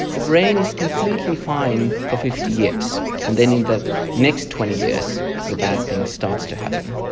the brain is completely fine for fifty years, and then in the next twenty years, the bad thing starts to happen.